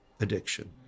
addiction